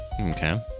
Okay